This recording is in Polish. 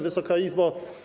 Wysoka Izbo!